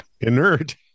inert